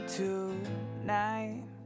tonight